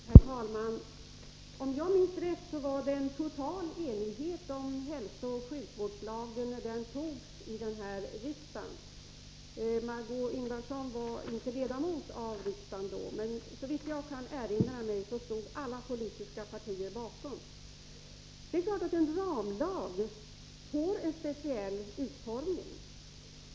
Herr talman! Om jag minns rätt rådde total enighet om hälsooch sjukvårdslagen när den antogs av riksdagen. Det är klart att en ramlag får en speciell utformning.